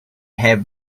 have